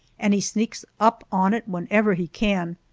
and he sneaks up on it whenever he can,